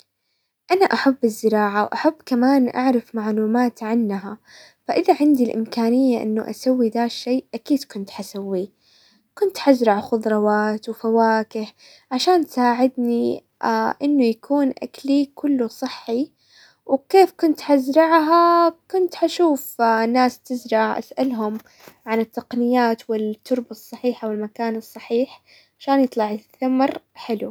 انا احب الزراعة واحب كمان اعرف معلومات عنها، فاذا عندي الامكانية انه اسوي ذا الشي اكيد كنت حسويه. كنت حزرع خضروات وفواكه عشان تساعدني انه يكون اكلي كله صحي، وكيف كنت حزرعها؟ كنت حشوف ناس تزرع، اسألهم عن التقنيات والتربة الصحيحة والمكان الصحيح عشان يطلع الثمر حلو.